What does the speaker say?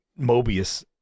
mobius